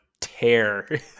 tear